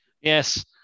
Yes